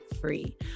free